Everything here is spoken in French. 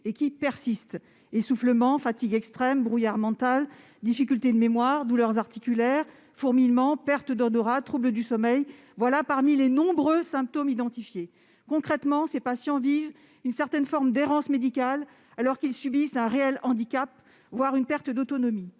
et qui persistent : essoufflement, fatigue extrême, brouillard mental, difficultés de mémoire, douleurs articulaires, fourmillements, perte d'odorat, troubles du sommeil, tels sont certains des nombreux symptômes identifiés. Concrètement, les patients vivent une certaine forme d'errance médicale, alors qu'ils subissent un réel handicap, voire une perte d'autonomie.